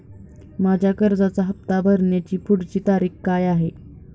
माझ्या कर्जाचा हफ्ता भरण्याची पुढची तारीख काय आहे?